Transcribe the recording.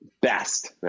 Best